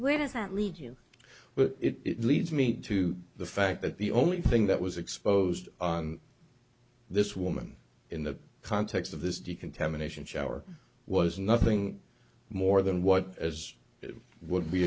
does that lead you but it leads me to the fact that the only thing that was exposed on this woman in the context of this decontamination shower was nothing more than what as it would be